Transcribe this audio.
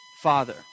Father